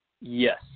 Yes